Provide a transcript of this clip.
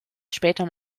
später